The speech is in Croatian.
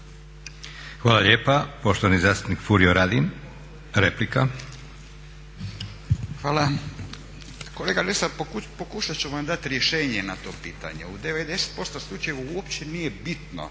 Hvala lijepa. Poštovani zastupnik Furio Radin, replika. **Radin, Furio (Nezavisni)** Hvala. Kolega Lesar, pokušat ću vam dati rješenje na to pitanje. U 90% slučajeva uopće nije bitno